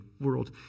world